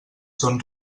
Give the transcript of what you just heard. són